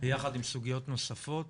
ביחד עם סוגיות נוספות